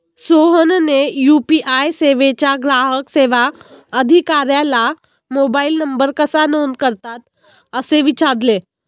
सोहनने यू.पी.आय सेवेच्या ग्राहक सेवा अधिकाऱ्याला मोबाइल नंबर कसा नोंद करतात असे विचारले